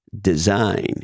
design